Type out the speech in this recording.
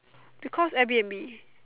because airbnb